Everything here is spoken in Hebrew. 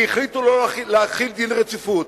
כי החליטו שלא להחיל דין רציפות.